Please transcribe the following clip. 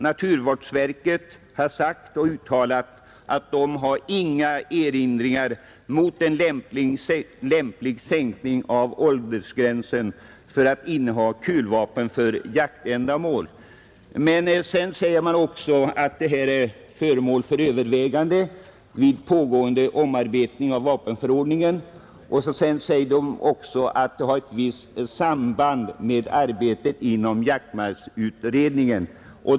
Naturvårdsverket har uttalat att verket inte har några erinringar mot en lämplig sänkning av åldersgränsen för innehav av kulvapen för jaktändamål men säger också att frågan är föremål för övervägande vid pågående omarbetning av vapenförordningen samt har ett visst samband med arbetet inom jaktmarksutredningen,.